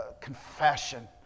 confession